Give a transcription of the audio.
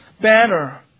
banner